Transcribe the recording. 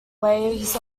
waves